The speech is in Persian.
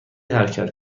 حرکت